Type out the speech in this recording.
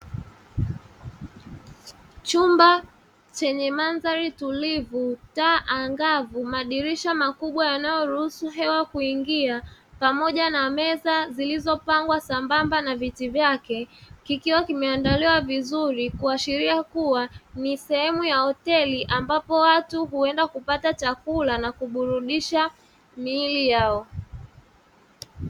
Chumba chenye mandhari tulivu, taa angavu, madirisha makubwa yanayoruhusu hewa kuingia pamoja na meza zilizopangwa sambamba na viti vyake, kikiwa kimeandaliwa vizuri kikiashiria kuwa ni sehemu ya hoteli ambapo watu huenda kupata chakula na kuburudisha miili yao.